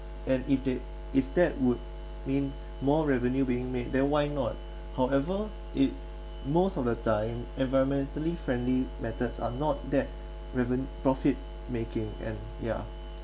and if they if that would mean more revenue being made then why not however it most of the time environmentally friendly methods are not that reven~ profit making and yeah